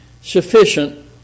sufficient